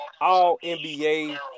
All-NBA